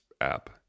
app